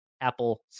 Apple